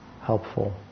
helpful